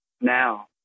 now